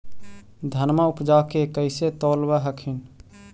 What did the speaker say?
धनमा उपजाके कैसे तौलब हखिन?